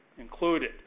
included